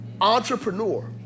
entrepreneur